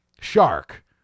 Shark